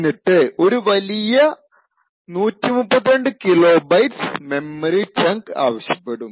എന്നിട്ട് ഒരു വലിയ 132 കിലോബൈറ്റ്സ് മെമ്മറി ചങ്ക് ആവശ്യപ്പെടും